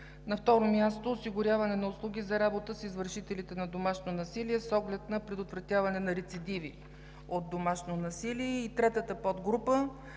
На второ място, осигуряване на услуги за работа с извършителите на домашно насилие с оглед на предотвратяване на рецидиви от домашно насилие.